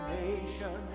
nation